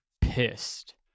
pissed